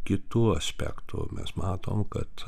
kitu aspektu mes matom kad